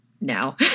now